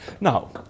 Now